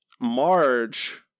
Marge